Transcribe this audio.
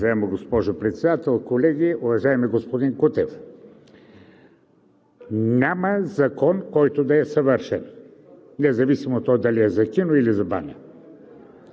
Уважаема госпожо Председател, колеги! Уважаеми господин Кутев, няма закон, който да е съвършен, независимо от това дали е за кино или за баня.